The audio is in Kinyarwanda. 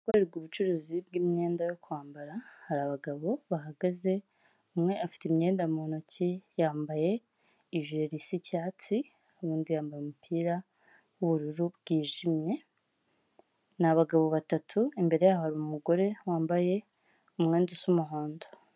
Ahakorerwa ubucuruzi bw'imyenda yo kwambara, hari abagabo bahagaze, umwe afite imyenda mu ntoki, yambaye ijiri risa icyatsi, undi yambaye umupira, w'ubururu bwijimye, ni abagabo batatu, imbere yabo hari umugore wambaye umwenda usa umuhondo.